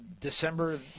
December